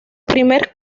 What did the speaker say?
primer